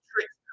tricks